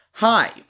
Hi